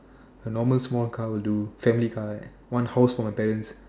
a normal small car will do family car one house for my parents